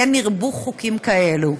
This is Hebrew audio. כן ירבו חוקים כאלה.